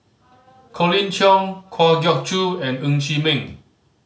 Colin Cheong Kwa Geok Choo and Ng Chee Meng